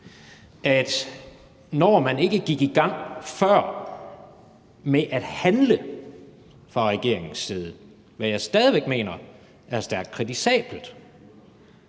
at når man ikke gik i gang før med at handle fra regeringens side, hvad jeg stadig væk mener er stærkt kritisabelt,